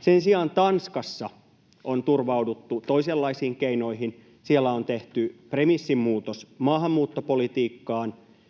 Sen sijaan Tanskassa on turvauduttu toisenlaisiin keinoihin. Siellä on tehty premissimuutos maahanmuuttopolitiikkaan,